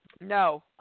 No